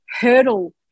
hurdle